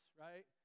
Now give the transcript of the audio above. right